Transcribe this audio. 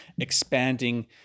expanding